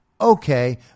Okay